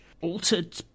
altered